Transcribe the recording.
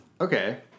Okay